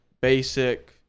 basic